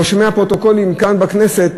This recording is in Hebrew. רושמי הפרוטוקולים כאן בכנסת,